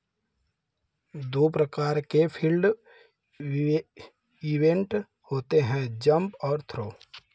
दो प्रकार के फील्ड इवेंट होते हैं जंप और थ्रो